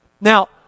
now